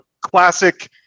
classic